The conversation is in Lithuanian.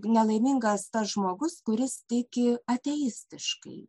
nelaimingas tas žmogus kuris tiki ateistiškai